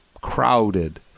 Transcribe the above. crowded